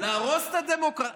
להרוס את הדמוקרטיה.